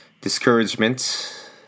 discouragement